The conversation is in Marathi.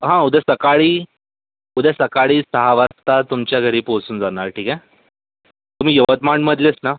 हा उद्या सकाळी उद्या सकाळी सहा वाजता तुमच्या घरी पोहचून जाणार ठीक आहे तुम्ही यवतमाळमधलेच ना